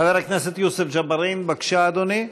חבר הכנסת יוסף ג'בארין, בבקשה, אדוני.